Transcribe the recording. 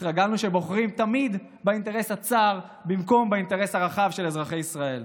התרגלנו שבוחרים תמיד באינטרס הצר במקום באינטרס הרחב של אזרחי ישראל.